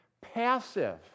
passive